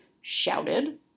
shouted